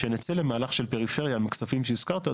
כשנצא למהלך של פריפריה עם הכספים שהזכרת,